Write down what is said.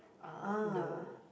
ah the